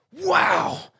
Wow